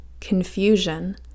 confusion